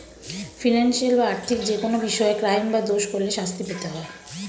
financial বা আর্থিক যেকোনো বিষয়ে ক্রাইম বা দোষ করলে শাস্তি পেতে হয়